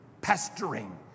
pestering